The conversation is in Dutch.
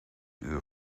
uur